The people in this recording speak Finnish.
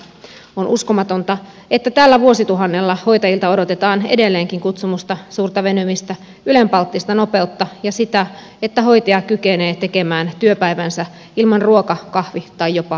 on uskomatonta että tällä vuosituhannella hoitajilta odotetaan edelleenkin kutsumusta suurta venymistä ylenpalttista nopeutta ja sitä että hoitaja kykenee tekemään työpäivänsä ilman ruoka kahvi tai jopa vessataukoa